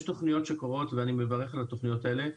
יש תכניות שקורות ואני מברך על התכניות האלה,